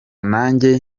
nanjye